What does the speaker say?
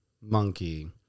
Monkey